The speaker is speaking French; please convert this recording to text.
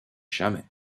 jamais